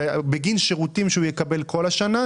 זה בגין שירותים שהוא יקבל במשך כל השנה,